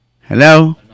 Hello